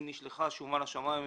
אם נשלחה שומה לשמאי הממשלתי,